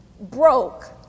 broke